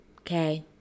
Okay